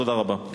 תודה רבה,